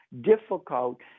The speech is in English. difficult